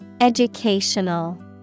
Educational